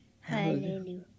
Hallelujah